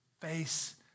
face